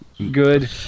good